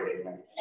amen